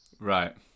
Right